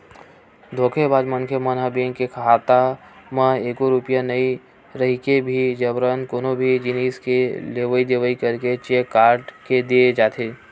धोखेबाज मनखे मन ह बेंक के खाता म एको रूपिया नइ रहिके भी जबरन कोनो भी जिनिस के लेवई देवई करके चेक काट के दे जाथे